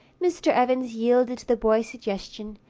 mr. evans yielded to the boy's suggestion,